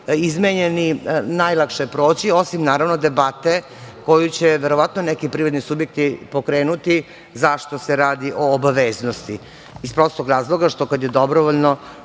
izmenjeni najlakše proći, osim naravno debate, koju će verovatno neki privredni subjekti pokrenuti zašto se radi o obaveznosti, iz prostog razloga što kad je dobrovoljno,